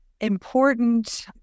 important